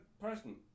person